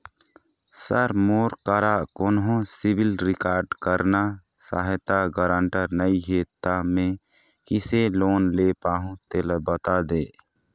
sir मोर करा कोन्हो सिविल रिकॉर्ड करना सहायता गारंटर नई हे ता मे किसे लोन ले पाहुं तेला बता दे